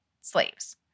slaves